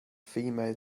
female